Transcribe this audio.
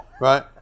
right